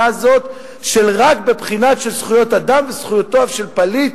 הזאת של רק בבחינה של זכויות אדם וזכויותיו של פליט,